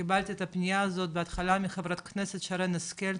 אני קיבלתי את הפניה הזו בהתחלה מחברת הכנסת שרן השכל,